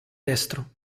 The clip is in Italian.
destro